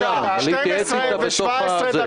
בשעה 12:12 ונתחדשה בשעה 12:17.)